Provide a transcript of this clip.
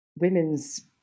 women's